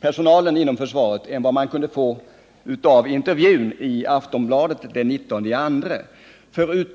personalen inom försvaret än vad man kunde få intryck av att försvarsministern hade i intervjun i Aftonbladet den 19 februari.